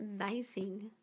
amazing